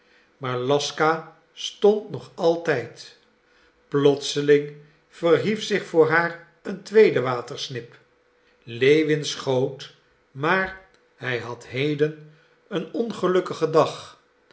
maar laska stond nog altijd plotseling verhief zich voor haar een tweede watersnip lewin schoot maar hij had heden een ongelukkigen dag